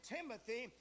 Timothy